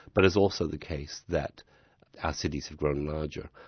but it's also the case that our cities have grown larger.